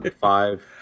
five